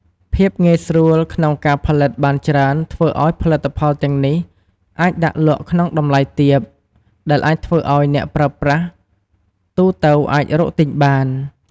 ភាពងាយស្រួលក្នុងការផលិតបានច្រើនធ្វើឱ្យផលិតផលទាំងនេះអាចដាក់លក់ក្នុងតម្លៃទាប ដែលអាចធ្វើឱ្យអ្នកប្រើប្រាស់ទូទៅអាចរកទិញបាន។